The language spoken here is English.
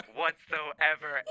whatsoever